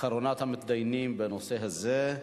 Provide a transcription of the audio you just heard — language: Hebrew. אחרונת המתדיינים בנושא הזה.